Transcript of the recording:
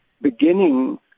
beginning